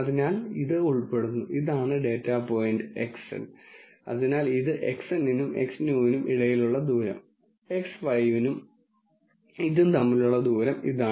അതിനാൽ ഇത് ഉൾപ്പെടുന്നു ഇതാണ് ഡാറ്റാ പോയിന്റ് Xn അതിനാൽ ഇത് Xn നും Xnew നും ഇടയിലുള്ള ദൂരം X5 നും ഇതും തമ്മിലുള്ള ദൂരം ഇതാണ്